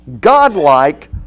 Godlike